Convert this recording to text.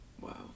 Wow